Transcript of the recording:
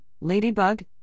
Ladybug